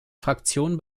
fraktion